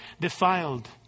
defiled